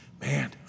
Man